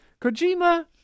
Kojima